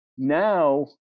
Now